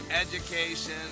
education